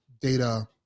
data